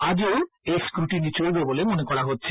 আজ এই স্ক্রুটিনি চলবে বলে মনে করা হচ্ছে